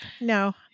No